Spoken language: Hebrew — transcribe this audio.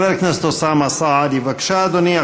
חבר הכנסת אוסאמה סעדי, בבקשה, אדוני.